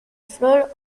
flor